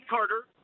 Carter